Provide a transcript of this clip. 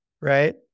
right